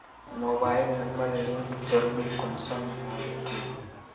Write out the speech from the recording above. Mobile number link जरुरी कुंसम है की?